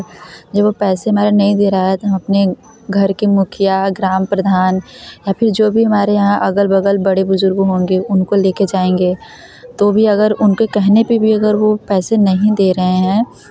जब वह पैसे हमारे नहीं दे रहा है तो हम अपने घर के मुखिया ग्राम प्रधान या फिर जो भी हमारे यहाँ बगल बगल बड़े बुज़ुर्ग होंगे उनको लेकर जाएँगे तो भी अगर उनके कहने पर भी अगर वे पैसे नहीं दे रहे हैं